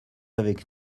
avec